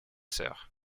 sœurs